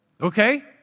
Okay